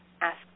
ask